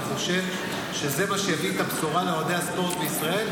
אני חושב שזה מה שיביא את הבשורה לאוהדי הספורט בישראל,